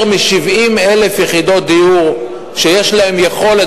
יותר מ-70,000 יחידות דיור שיש להן יכולת